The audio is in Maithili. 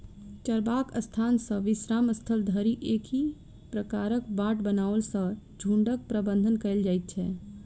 चरबाक स्थान सॅ विश्राम स्थल धरि एहि प्रकारक बाट बनओला सॅ झुंडक प्रबंधन कयल जाइत छै